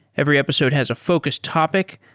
every episode has a focus topic,